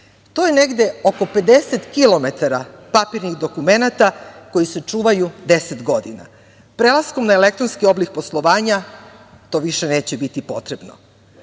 je negde oko 50 kilometara, papirnih dokumenata koji se čuvaju deset godina. Prelaskom na elektronski oblik poslovanja, to više neće biti potrebno. Kada